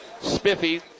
spiffy